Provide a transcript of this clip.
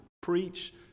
preach